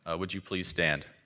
ah would you please stand.